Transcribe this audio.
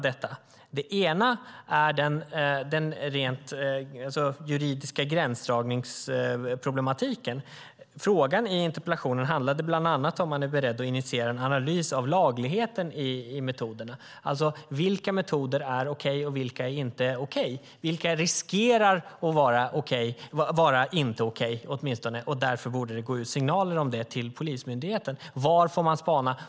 Den ena är den rent juridiska gränsdragningsproblematiken. Frågan i interpellationen handlade bland annat om ifall man är beredd att initiera en analys av lagligheten i metoderna. Vilka metoder är okej, och vilka är inte okej? Vilka riskerar åtminstone att inte vara okej? Det borde gå ut signaler om detta till polismyndigheten. Var får man spana?